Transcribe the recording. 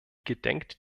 gedenkt